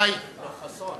שגם לו תהיינה עשר דקות.